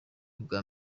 ubwa